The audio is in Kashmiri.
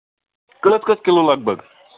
کٔژ کٔژ کِلوٗ لگ بگ